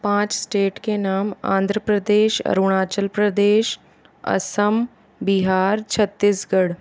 पाँच स्टेट के नाम आंध्र प्रदेश अरुणाचल प्रदेश असम बिहार छत्तीसगढ़